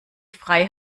frei